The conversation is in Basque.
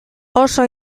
oso